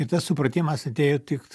ir tas supratimas atėjo tik